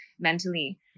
mentally